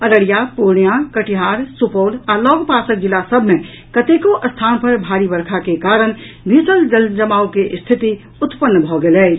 अररिया पूर्णियां कटिहार सुपौल आ लऽगपासक जिला सभ मे कतेको स्थान पर भारी वर्षा के कारण भीषण जलजमाव के रिथति उत्पन्न भऽ गेल अछि